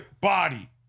body